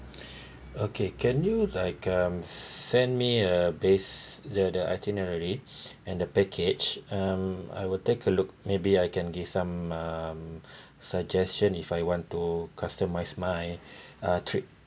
okay can you like um send me a base the the itinerary and the package um I will take a look maybe I can give some um suggestion if I want to customise my uh trip